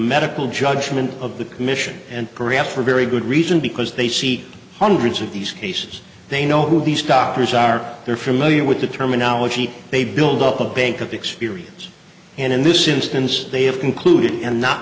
medical judgment of the commission and korea for very good reason because they see hundreds of these cases they know who these doctors are they're familiar with the terminology they build up a bank of experience and in this instance they have concluded and not